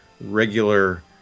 regular